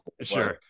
Sure